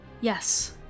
Yes